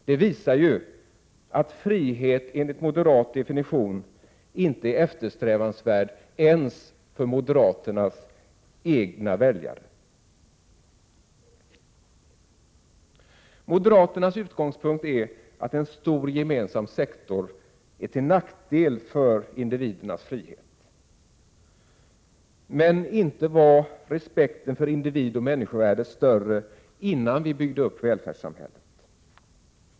Det visar att frihet enligt moderat definition inte är eftersträvansvärd ens för moderaternas egna väljare. Moderaternas utgångspunkt är att en stor gemensam sektor är till nackdel för individernas frihet. Men inte var respekten för individen och människovärdet större innan vi byggde upp välfärdssamhället.